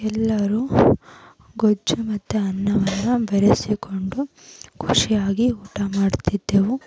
ಎಲ್ಲರೂ ಗೊಜ್ಜು ಮತ್ತೆ ಅನ್ನವನ್ನು ಬೆರಸಿಕೊಂಡು ಖುಷಿಯಾಗಿ ಊಟ ಮಾಡ್ತಿದ್ದೆವು